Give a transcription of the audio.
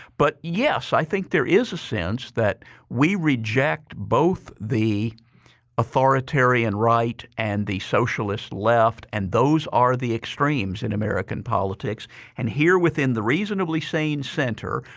but yes, i think there is a sense that we reject both the authoritarian right and the socialist left and those are the extremes in american politics and here within the reasonably sane center,